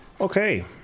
Okay